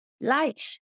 life